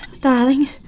darling